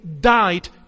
died